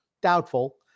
Doubtful